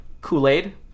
Kool-Aid